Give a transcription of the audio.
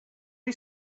you